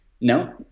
No